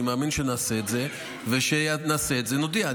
אני מאמין שנעשה את זה, וכשנעשה את זה נודיע.